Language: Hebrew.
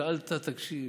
שאלת, תקשיב.